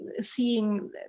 seeing